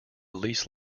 lease